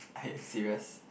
are you serious